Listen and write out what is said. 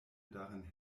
darin